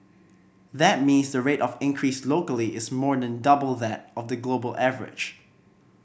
that means the rate of increase locally is more than double that of the global average